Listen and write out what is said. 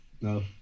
No